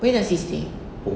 where does he stay